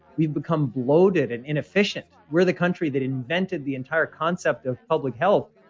we've become bloated and inefficient we're the country that invented the entire concept of public health,